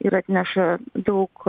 ir atneša daug